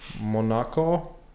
Monaco